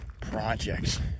projects